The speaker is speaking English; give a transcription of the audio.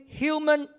human